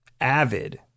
avid